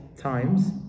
times